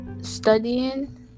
studying